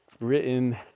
written